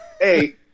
hey